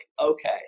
okay